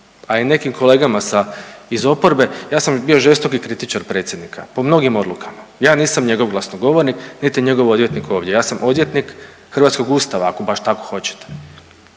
a i nekim kolegama iz oporbe. Ja sam bio žestoki kritičar Predsjednika po mnogim odlukama. Ja nisam njegov glasnogovornik, niti njegov odvjetnik ovdje. Ja sam odvjetnik hrvatskog Ustava ako baš tako hoćete,